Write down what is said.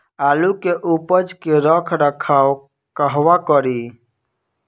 आलू के उपज के रख रखाव कहवा करी?